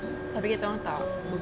tapi kita orang tak